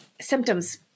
Symptoms